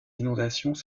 inondations